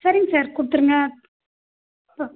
சரிங்க சார் கொடுத்துருங்க